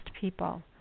people